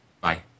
Bye